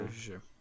Sure